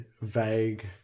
vague